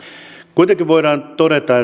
kuitenkin voidaan todeta